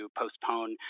postpone